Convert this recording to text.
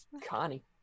Connie